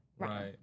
Right